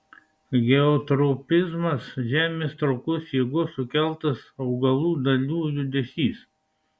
geotropizmas žemės traukos jėgos sukeltas augalų dalių judesys